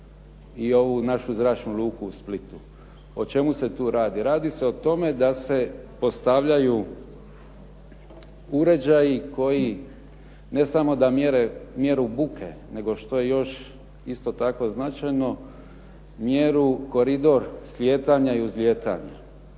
i ovu našu zračnu luku u Splitu. O čemu se tu radi? Radi se o tome da se postavljaju uređaji koji ne samo da mjere mjeru buke, nego što je još isto tako značajno mjeru koridor slijetanja i uzlijetanja.